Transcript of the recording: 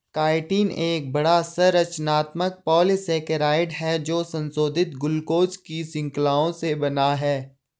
chitin एक बड़ा, संरचनात्मक पॉलीसेकेराइड है जो संशोधित ग्लूकोज की श्रृंखलाओं से बना है